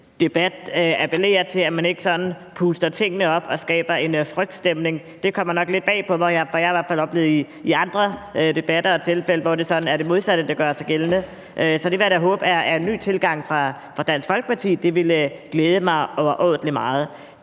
debat appellerer til, at man ikke puster tingene op og skaber en frygtstemning, kommer nok lidt bag på mig, for jeg har i hvert fald oplevet andre debatter og situationer, hvor det er det modsatte, der har gjort sig gældende. Så det vil jeg da håbe er en ny tilgang fra Dansk Folkepartis side. Det ville glæde mig overordentlig meget.